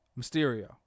Mysterio